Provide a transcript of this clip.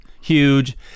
huge